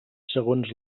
segons